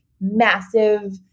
massive